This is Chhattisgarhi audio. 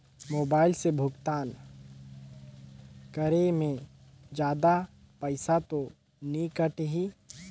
मोबाइल से भुगतान करे मे जादा पईसा तो नि कटही?